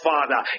Father